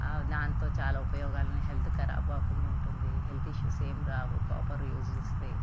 దాంతో చాలా ఉపయోగాలు ఉన్నాయి హెల్త్ కరాబవకుండా ఉంటుంది హెల్త్ ఇస్యూస్ ఏం రావు కాపర్ యూస్ చేస్తే